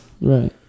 Right